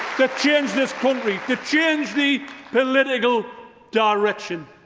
to change this country, to change the political direction.